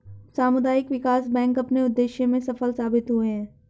सामुदायिक विकास बैंक अपने उद्देश्य में सफल साबित हुए हैं